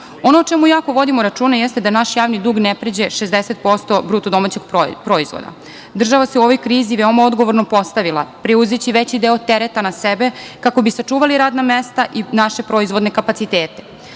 o čemu jako vodimo računa jeste da naš javni dug ne pređe 60% BDP. Država se u ovoj krizi veoma odgovorno postavila preuzeći veći deo tereta na sebe kako bi sačuvali radna mesta i naše proizvodne kapacitete,